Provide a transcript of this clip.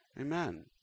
Amen